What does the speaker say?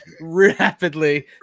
rapidly